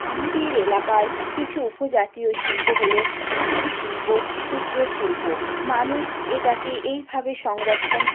আমাদের এলাকায় কিছু উপজাতীয় শিল্প হলো কুটির শিল্প ক্ষুদ্র শিল্প মানুষ এটাকে এইভাবে সংরক্ষণ